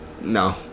No